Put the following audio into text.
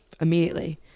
immediately